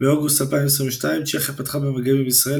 צ'כיה – באוגוסט 2022 צ'כיה פתחה במגעים עם ישראל